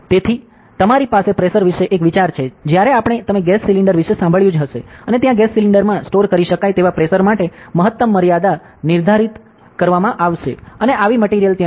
તેથી તમારી પાસે પ્રેશર વિશે એક વિચાર છે જ્યારે આપણે' તમે ગેસ સિલિન્ડર વિશે સાંભળ્યું જ હશે અને ત્યાં ગેસ સિલિન્ડરમાં સ્ટોર કરી શકાય તેવા પ્રેશર માટે મહત્તમ મર્યાદા નિર્ધારિત કરવામાં આવશે અને આવી સામગ્રી ત્યાં છે